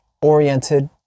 oriented